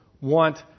want